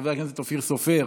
חבר הכנסת אופיר סופר,